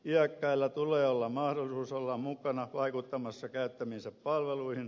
iäkkäillä tulee olla mahdollisuus olla mukana vaikuttamassa käyttämiinsä palveluihin